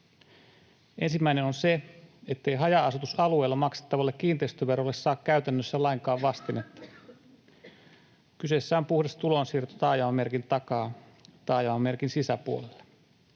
Ensimmäinen on se, ettei haja-asutusalueilla maksettavalle kiinteistöverolle saa käytännössä lainkaan vastinetta — kyseessä on puhdas tulonsiirto taajamamerkin takaa taajamamerkin sisäpuolelle.